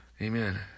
Amen